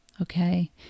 Okay